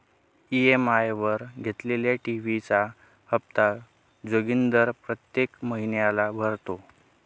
EMI वर घेतलेल्या TV चा हप्ता जोगिंदर प्रत्येक महिन्याला भरतो